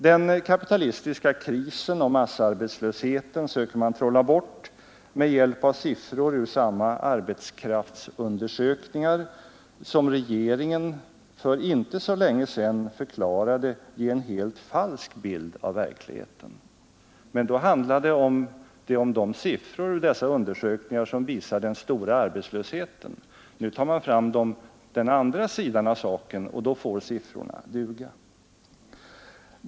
Den kapitalistiska krisen och massarbetslösheten söker man trolla bort med hjälp av siffror ur samma arbetskraftsundersökningar, som regeringen för inte så länge sedan förklarade ge en helt falsk bild av verkligheten. Men då handlade det om de siffror som visade den stora arbetslösheten. Nu tar man upp den andra sidan av saken, och då får dessa siffror duga.